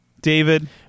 David